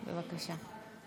בבקשה.